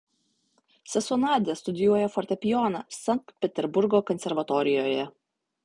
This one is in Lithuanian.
sesuo nadia studijuoja fortepijoną sankt peterburgo konservatorijoje